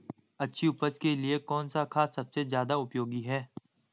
अच्छी उपज के लिए कौन सा खाद सबसे ज़्यादा उपयोगी है?